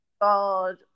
god